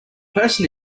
person